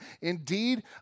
Indeed